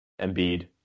Embiid